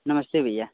नमस्ते भईया